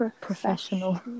Professional